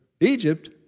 Egypt